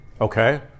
Okay